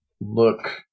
look